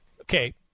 Okay